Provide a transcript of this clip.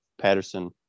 patterson